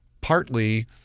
partly